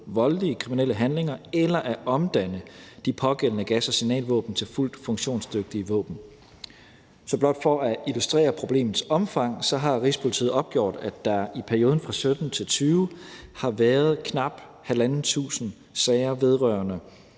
voldelige kriminelle handlinger eller at omdanne de pågældende gas- og signalvåben til fuldt funktionsdygtige våben. Blot for at illustrere problemets omfang har Rigspolitiet opgjort, at der i perioden fra 2017-2020 har været knap 1.500 sager vedrørende